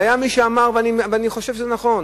היה מי שאמר, ואני חושב שזה נכון,